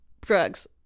Drugs